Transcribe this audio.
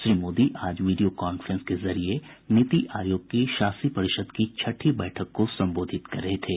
श्री मोदी आज video conference के जरिये नीति आयोग की शासी परिषद की छठी बैठक को संबोधित कर रहे थे